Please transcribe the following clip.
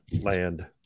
land